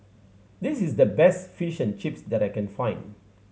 this is the best Fish and Chips that I can find